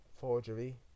forgery